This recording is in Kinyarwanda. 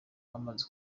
bamaze